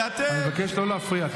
אני מבקש לא להפריע.